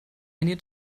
need